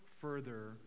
further